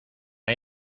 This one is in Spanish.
hay